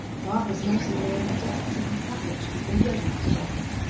barbara's letter lay in the depths of her pocket, already forgotten.